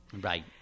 Right